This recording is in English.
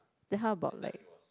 then how about like